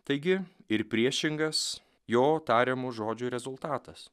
taigi ir priešingas jo tariamų žodžių rezultatas